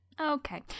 okay